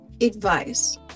advice